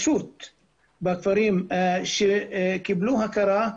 להאריך את תוקפה של תכנית 922 לעוד שנה,